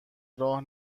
راه